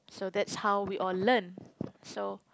so that's how we all learn so